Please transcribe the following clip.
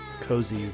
cozy